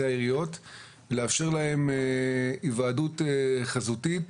העיריות ולאפשר להן היוועדות חזותית